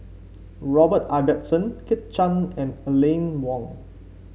Robert Ibbetson Kit Chan and Aline Wong